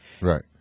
Right